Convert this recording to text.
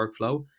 workflow